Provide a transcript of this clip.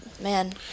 Man